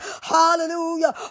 Hallelujah